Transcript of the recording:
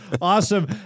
Awesome